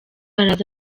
araza